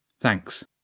Thanks